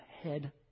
head